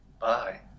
Bye